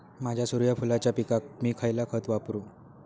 माझ्या सूर्यफुलाच्या पिकाक मी खयला खत वापरू?